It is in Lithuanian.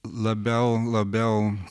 labiau labiau